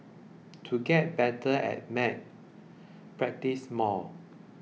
to get better at maths practise more